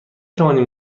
توانیم